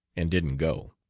and didn't go.